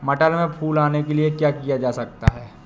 मटर में फूल आने के लिए क्या किया जा सकता है?